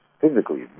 physically